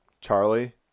Charlie